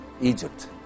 Egypt